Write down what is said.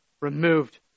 removed